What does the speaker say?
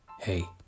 Hey